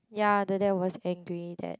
ya the dad was angry that